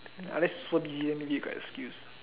unless super busy then you got excuse